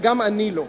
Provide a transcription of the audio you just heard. וגם אני לא,